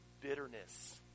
bitterness